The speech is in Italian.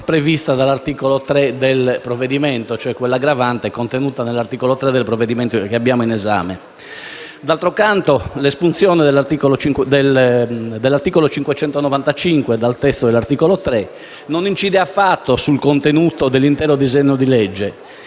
D'altro canto, l'espunzione dell'articolo 595 del codice penale dal testo dell'articolo 3 non incide affatto sul contenuto dell'intero disegno di legge,